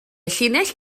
llinell